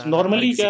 Normally